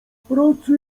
pracy